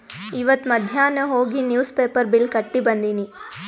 ಇವತ್ ಮಧ್ಯಾನ್ ಹೋಗಿ ನಿವ್ಸ್ ಪೇಪರ್ ಬಿಲ್ ಕಟ್ಟಿ ಬಂದಿನಿ